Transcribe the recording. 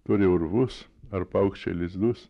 turi urvus ar paukščių lizdus